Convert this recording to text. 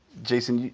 jason,